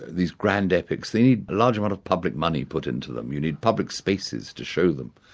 these grand epics, they need a large amount of public money put into them. you need public spaces to show them.